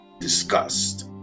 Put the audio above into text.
discussed